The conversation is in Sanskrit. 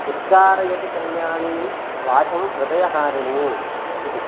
उच्चारयति कल्याणीं वाचं हृदयारिणीयम् इति